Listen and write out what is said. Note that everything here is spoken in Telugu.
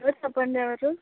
హలో చెప్పండి ఎవరు